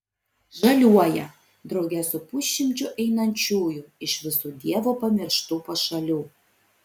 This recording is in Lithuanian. žaliuoja drauge su pusšimčiu einančiųjų iš visų dievo pamirštų pašalių